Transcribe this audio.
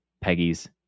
Peggy's